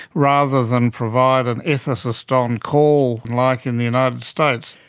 rather than provide an ethicist on call like in the united states.